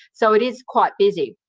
so it is quite busy.